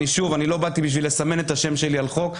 ושוב, לא באתי בשביל לסמן את השם שלי על חוק.